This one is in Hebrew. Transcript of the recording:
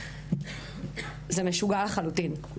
זה משוגע לחלוטין.